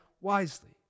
wisely